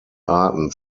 arten